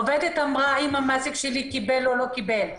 עובדות שאלו: האם המעסיק קיבל או לא קיבל,